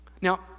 Now